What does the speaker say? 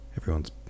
Everyone's